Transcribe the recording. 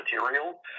material